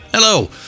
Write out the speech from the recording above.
Hello